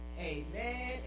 Amen